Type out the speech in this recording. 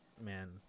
man